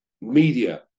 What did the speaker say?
media